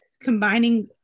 combining